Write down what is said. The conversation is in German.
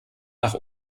nach